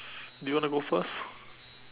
do you want to go first